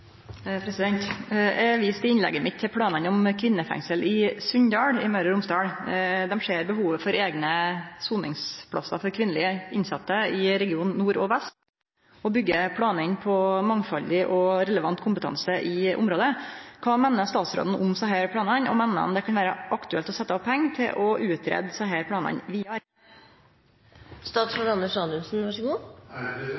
Eg viste i innlegget mitt til planane om eit kvinnefengsel i Sunndal i Møre og Romsdal. Dei ser behovet for eigne soningsplassar for kvinnelege innsette i regionane nord og vest og byggjer planane på mangfaldig og relevant kompetanse i området. Kva meiner statsråden om desse planane, og meiner han det kan vere aktuelt å setje av pengar til å greie ut desse planane vidare?